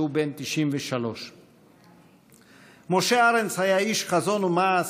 והוא בן 93. משה ארנס היה איש חזון ומעש,